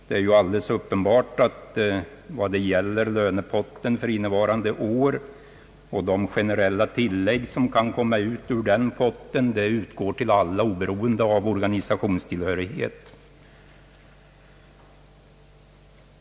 Det är alldeles uppenbart att vad det gäller löneposten för innevarande år och de generella tillägg, som kan komma ut ur den posten, så utgår de till alla oberoende av organisationstillhörighet.